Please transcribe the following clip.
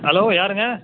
hello யாருங்க